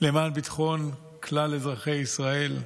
למען ביטחון כלל אזרחי ישראל,